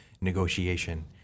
negotiation